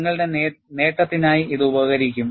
നിങ്ങളുടെ നേട്ടത്തിനായി ഇത് ഉപകരിക്കും